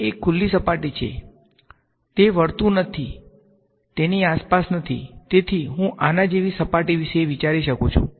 તે એક ખુલ્લી સપાટી છે તે વર્તુળ નથી તેની આસપાસ નથી તેથી હું આના જેવી સપાટી વિશે વિચારી શકું છું